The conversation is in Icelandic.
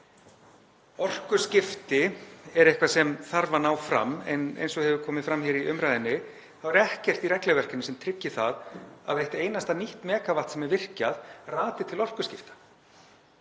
Orkuskipti eru eitthvað sem þarf að ná fram. En eins og hefur komið fram í umræðunni þá er ekkert í regluverkinu sem tryggir það að eitt einasta nýtt megavatt sem er virkjað rati til orkuskipta.